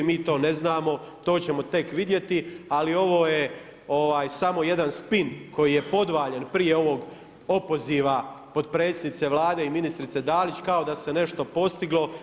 Mi to ne znamo, to ćemo tek vidjeti, ali ovo je samo jedan spin koji je podvaljen prije ovog opoziva potpredsjednice Vlade i ministrice Dalić kao da se nešto postiglo.